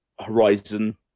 Horizon